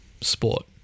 sport